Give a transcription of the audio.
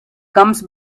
comes